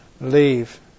leave